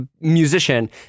musician